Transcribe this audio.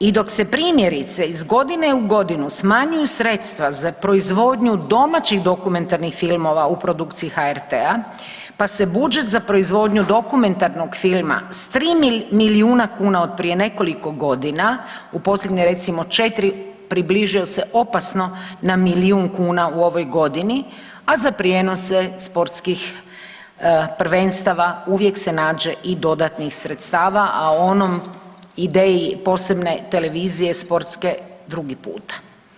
I dok se primjerice iz godine u godinu smanjuju sredstva za proizvodnju domaćih dokumentarnih filmova u produkciji HRT-a, pa se budžet za proizvodnju dokumentarnog filma s 3 milijuna kuna od prije nekoliko godina, u posljednjoj recimo 4, približio se opasno na milijun kuna u ovoj godini, a za prijenose sportskih prvenstava uvijek se nađe i dodatnih sredstava, a o onoj ideji posebne televizije sportske drugi puta.